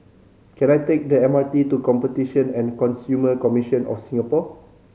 can I take the M R T to Competition and Consumer Commission of Singapore